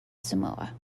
samoa